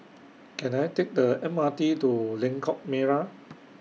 Can I Take The M R T to Lengkok Merak